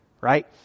right